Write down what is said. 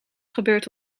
gebeurd